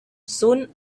soon